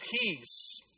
peace